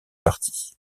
partis